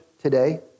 today